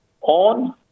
on